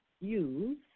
use